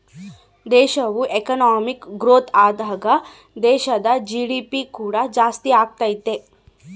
ದೇಶವು economic growth ಆದಾಗ ದೇಶದ ಜಿ.ಡಿ.ಪಿ ಕೂಡ ಜಾಸ್ತಿಯಾಗತೈತೆ